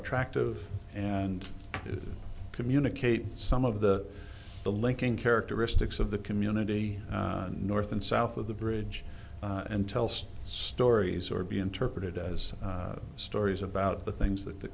attractive and communicate some of the the linking characteristics of the community north and south of the bridge and tells stories or be interpreted as stories about the things that the